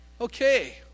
Okay